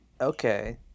okay